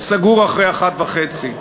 סגור אחרי 13:30,